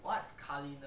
what's culinary